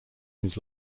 his